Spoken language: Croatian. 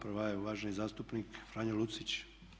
Prva je uvaženi zastupniK Franjo Lucić.